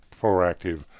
proactive